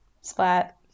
Splat